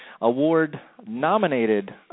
award-nominated